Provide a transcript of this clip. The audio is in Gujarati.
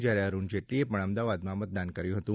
જ્યારે અરૂણ જેટલીએ પણ અમદાવાદમાં મતદાન કર્યું હતું